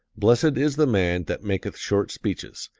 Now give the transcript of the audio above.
blessed is the man that maketh short speeches,